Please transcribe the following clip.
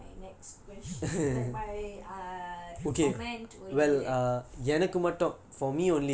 ya that was my next ques~ like my err comment will be like